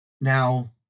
Now